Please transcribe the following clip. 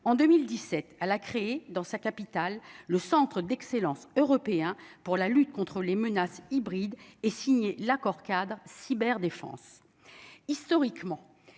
en 2017 à la créer dans sa capitale, le Centre d'excellence européen pour la lutte contre les menaces hybrides et signer l'accord-cadre Cyber défense